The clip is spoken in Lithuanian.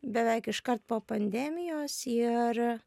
beveik iškart po pandemijos ir